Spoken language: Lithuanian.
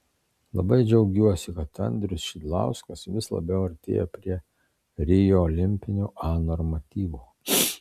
labai džiaugiuosi kad andrius šidlauskas vis labiau artėja prie rio olimpinio a normatyvo